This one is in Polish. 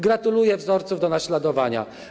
Gratuluję wzorców do naśladowania.